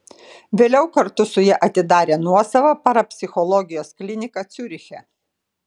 vėliau kartu su ja atidarė nuosavą parapsichologijos kliniką ciuriche